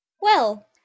Well—